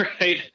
right